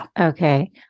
Okay